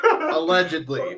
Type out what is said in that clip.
Allegedly